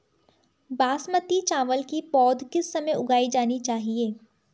बासमती चावल की पौध किस समय उगाई जानी चाहिये?